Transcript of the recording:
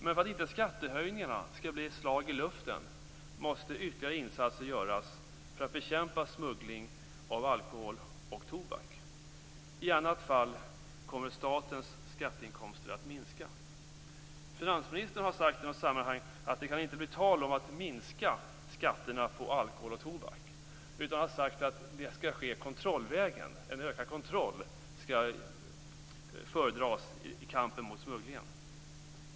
Men för att inte skattehöjningarna skall bli ett slag i luften måste ytterligare insatser göras för att bekämpa smuggling av alkohol och tobak. I annat fall kommer statens skatteinkomster att minska. Finansministern har i något sammanhang sagt att det inte kan bli tal om att minska skatterna på alkohol och tobak. Han har sagt att en ökad kontroll skall föredras i kampen mot smugglingen.